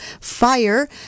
fire